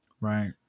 right